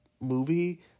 movie